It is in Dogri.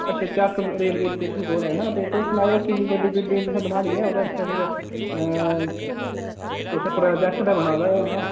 अच्छा चक्क रेलवे स्टेशन कोल ऐ ना ते तुस सनाएओ किन्नी बड्डी बिल्डिंग तुसें बनानी ऐं ते ओह्दे आस्तै फिर तुसें प्रोजैक्ट ते बनाए दा गै होना ऐ